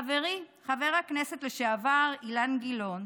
חברי חבר הכנסת לשעבר אילן גילאון